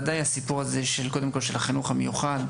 ודאי הסיפור הזה של החינוך המיוחד,